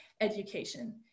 education